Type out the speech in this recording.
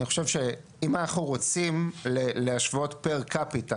אני חושב שאם אנחנו רוצים להשוות פר קפיטה